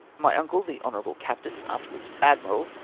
my uncle, the hon. captain, afterwards admiral,